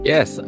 Yes